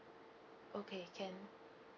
okay can